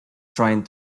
tried